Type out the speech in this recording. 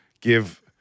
give